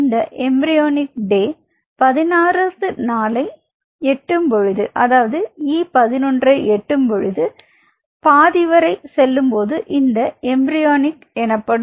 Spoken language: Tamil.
இந்த எம்பிரியோனிக் டே பதினோராவது நாளை E11 எட்டும் பொழுது அதாவது பாதி வரை செல்லும் பொழுது இதை எம்பிரியோனிக் எனப்படும்